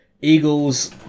Eagles